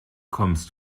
kommst